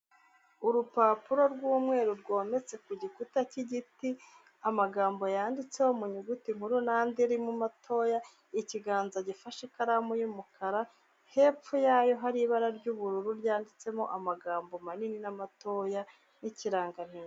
Urupapuro rw'umweru rwometse ku gikuta cy'igiti, amagambo yanditseho mu nyuguti nkuru n'andi arimo matoya. Ikiganza gifashe ikaramu y'umukara. Hepfo yayo hari ibara ry'ubururu ryanditsemo amagambo manini, n'amatoya, n'ikirangantego.